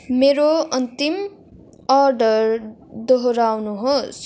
मेरो अन्तिम अर्डर दोहोऱ्याउनुहोस्